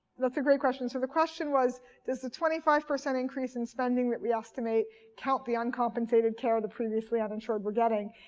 great question. so the question was does the twenty five percent increase in spending we estimate count the uncompensated care the previously uninsured were getting.